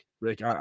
Rick